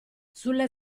sulle